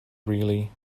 really